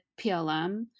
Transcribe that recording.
PLM